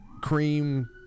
cream